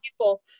people